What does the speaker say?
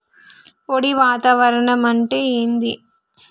పొడి వాతావరణం అంటే ఏంది?